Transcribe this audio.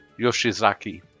Yoshizaki